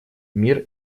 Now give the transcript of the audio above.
мир